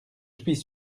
suis